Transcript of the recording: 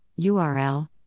URL